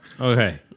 Okay